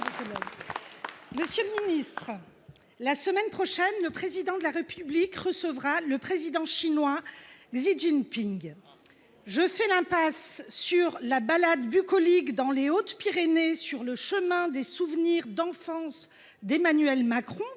et Territoires. La semaine prochaine, le Président de la République recevra le président chinois, Xi Jinping. Je fais l’impasse sur la balade bucolique dans les Hautes Pyrénées sur le chemin des souvenirs d’enfance d’Emmanuel Macron,